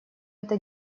это